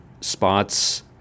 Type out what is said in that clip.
spots